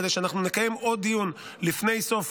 כדי שאנחנו נקיים עוד דיון לפני סוף